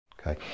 Okay